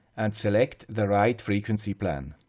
and select the right frequency plan.